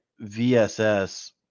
VSS